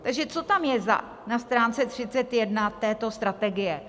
Takže co tam je na stránce 31 této strategie?